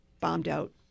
bombed-out